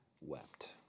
wept